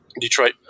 Detroit